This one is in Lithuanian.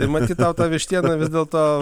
tai matyt tau ta vištiena vis dėlto